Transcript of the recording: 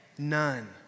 none